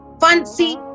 fancy